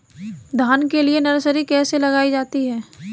धान के लिए नर्सरी कैसे लगाई जाती है?